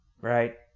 right